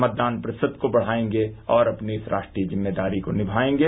मतदान प्रतिशत को बढ़ायेगे और अपनी इस राष्ट्रीय जिम्मेदारी को निभायेंगे